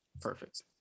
perfect